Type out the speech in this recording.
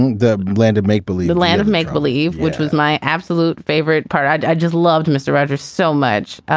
and the land of make believe. a land of make believe. which was my absolute favorite part. i just loved mr. rogers so much.